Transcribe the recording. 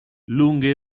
lunghe